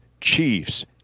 Chiefs